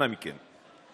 אנא מכם,